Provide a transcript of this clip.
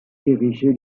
dirigé